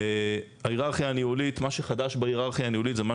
ההיררכיה הניהולית מה שחדש בהיררכיה הניהולית זה מה